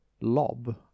lob